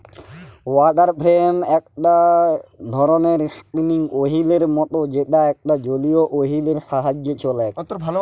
water frame একটো ধরণের spinning ওহীলের মত যেটা একটা জলীয় ওহীল এর সাহায্যে চলেক